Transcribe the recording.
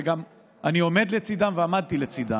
ואני עומד לצידם ועמדתי לצידם,